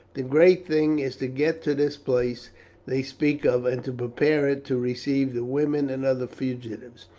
the great thing is to get to this place they speak of, and to prepare it to receive the women and other fugitives.